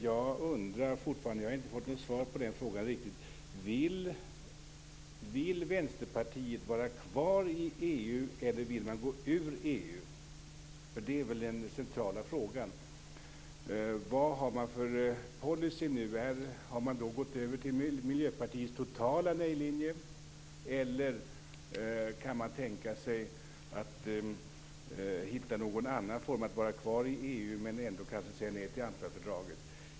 Jag har fortfarande inte fått något riktigt svar på frågan: Vill ni i Vänsterpartiet vara kvar i EU, eller vill ni gå ur EU? Det är väl den centrala frågan. Vilken är er policy nu? Har Vänsterpartiet gått över till Miljöpartiets totala nejlinje, eller kan man tänka sig att hitta någon annan form, t.ex. att var kvar i EU men ändå säga nej till Amsterdamfördraget?